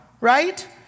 right